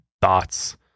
thoughts